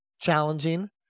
challenging